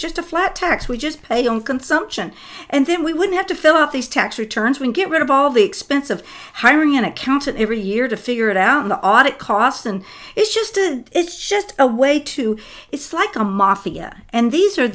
just a flat tax we just pay on consumption and then we would have to fill out these tax returns when get rid of all the expense of hiring an accountant every year to figure it out in the audit cost and issues did it's just a way to it's like a mafia and these are